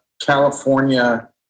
California